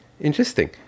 interesting